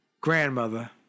grandmother